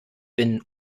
bin